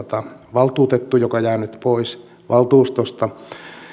valtuutettu joka jää nyt pois valtuustosta